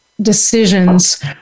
decisions